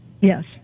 Yes